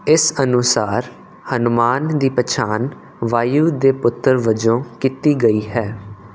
ਇਸ ਅਨੁਸਾਰ ਹਨੂੰਮਾਨ ਦੀ ਪਛਾਣ ਵਾਯੂ ਦੇ ਪੁੱਤਰ ਵਜੋਂ ਕੀਤੀ ਗਈ ਹੈ